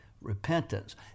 Repentance